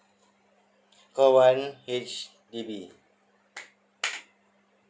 call one H_D_B